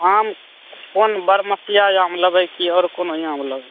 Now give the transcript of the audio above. आम कोन बरमसिया आम लेबै कि आओर कोनो आम लेबै